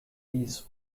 these